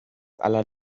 aller